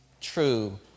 true